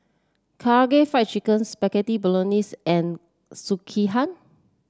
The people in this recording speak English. Karaage Fried Chicken Spaghetti Bolognese and Sekihan